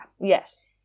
yes